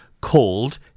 called